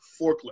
forklift